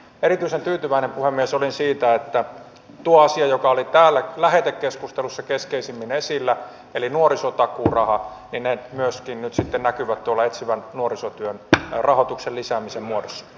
erityisen tyytyväinen puhemies olin siihen että tuo asia joka oli täällä lähetekeskustelussa keskeisemmin esillä eli nuorisotakuuraha myöskin nyt näkyy etsivän nuorisotyön rahoituksen lisäämisen muodossa